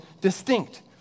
distinct